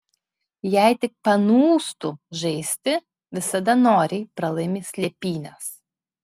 jei tik panūstu žaisti visada noriai pralaimi slėpynes